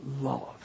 love